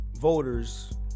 voters